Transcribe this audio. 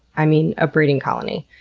i mean a breeding colony.